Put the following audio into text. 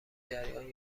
جریان